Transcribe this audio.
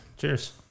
Cheers